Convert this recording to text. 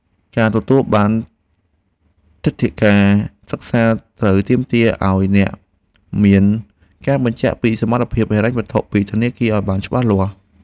ការទទួលបានទិដ្ឋាការសិក្សាត្រូវទាមទារឱ្យអ្នកមានការបញ្ជាក់ពីសមត្ថភាពហិរញ្ញវត្ថុពីធនាគារឱ្យបានច្បាស់លាស់។